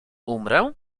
umrę